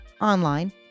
online